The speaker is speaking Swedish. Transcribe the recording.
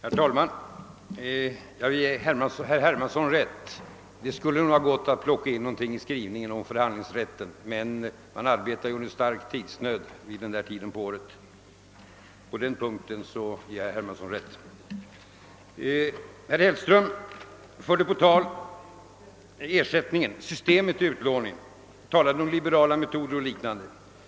Herr talman! Jag vill ge herr Hermansson rätt: det skulle nog ha gått att plocka in någonting om förhandlingsrätten i skrivningen, men man arbetar ju ibland under stark tidsnöd. På den punkten ger jag alltså herr Hermansson rätt. Herr Hellström förde på tal biblioteksersättningens konstruktion. Han talade om liberala metoder och liknande.